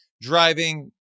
driving